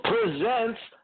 Presents